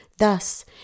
Thus